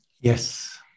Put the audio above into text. Yes